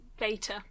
Beta